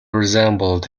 resembled